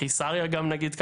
קיסריה גם נגיד ככה,